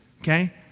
Okay